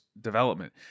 development